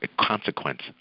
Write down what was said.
consequence